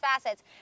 facets